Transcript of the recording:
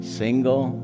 single